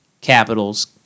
Capitals